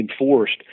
enforced